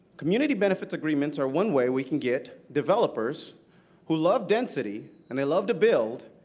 community benefits agreements are one way we can get developers who love density and they love to build,